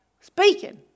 speaking